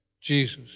Jesus